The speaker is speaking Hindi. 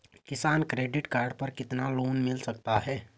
किसान क्रेडिट कार्ड पर कितना लोंन मिल सकता है?